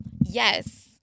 Yes